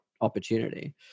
opportunity